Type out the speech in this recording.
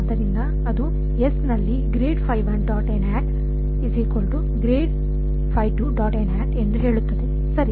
ಆದ್ದರಿಂದ ಅದು ಎಸ್ನಲ್ಲಿಎಂದು ಹೇಳುತ್ತದೆ ಸರಿ